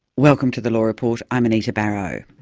welcome to the law report, i'm anita barraud.